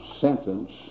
sentence